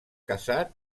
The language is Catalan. casat